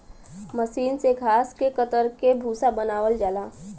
मसीन से घास के कतर के भूसा बनावल जाला